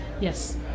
Yes